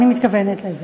אני מתכוונת לזה.